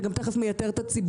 אבל אתה גם תכף מייתר את הציבור.